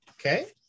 Okay